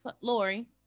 Lori